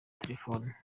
telefone